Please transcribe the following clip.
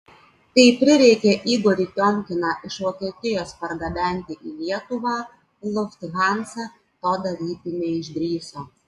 kai prireikė igorį tiomkiną iš vokietijos pargabenti į lietuvą lufthansa to daryti neišdrįso